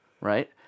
right